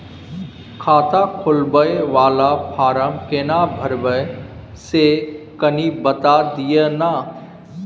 खाता खोलैबय वाला फारम केना भरबै से कनी बात दिय न?